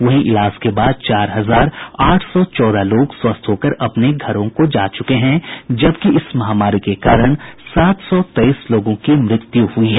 वहीं इलाज के बाद चार हजार आठ सौ चौदह लोग स्वस्थ होकर अपने घरों को जा चुके हैं जबकि इस महामारी के कारण सात सौ तेईस लोगों की मृत्यु हुई है